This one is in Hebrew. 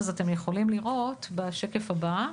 אתם יכולים לראות בשקף הבא,